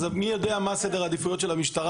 מי יודע מה סדר העדיפויות של המשטרה